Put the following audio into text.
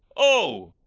oh!